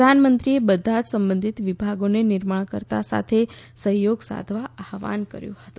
પ્રધાનમંત્રીએ બધા જ સંબંધિત વિભાગોને નિર્માણકર્તા સાથે સહયોગ સાધવા આહવાન કર્યું હતું